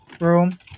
room